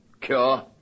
cure